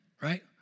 right